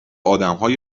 آدمهای